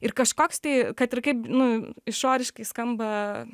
ir kažkoks tai kad ir kaip nu išoriškai skamba